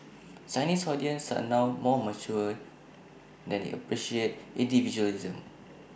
Chinese audience are now more mature and they appreciate individualism